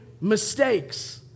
mistakes